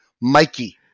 Mikey